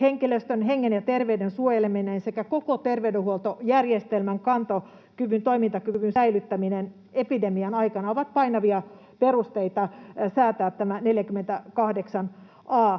henkilöstön hengen ja terveyden suojeleminen sekä koko terveydenhuoltojärjestelmän kantokyvyn ja toimintakyvyn säilyttäminen epidemian aikana ovat painavia perusteita säätää tämä 48 a